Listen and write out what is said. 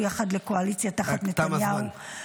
יחד לקואליציה תחת נתניהו?" תם הזמן.